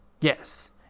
Yes